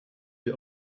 die